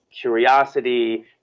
curiosity